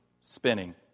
spinning